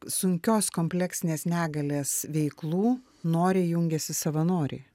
sunkios kompleksinės negalės veiklų noriai jungiasi savanoriai